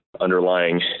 underlying